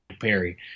Perry